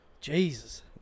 Jesus